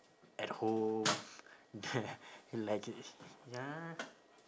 at home like ya